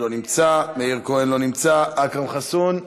לא נמצא, מאיר כהן, לא נמצא, אכרם חסון,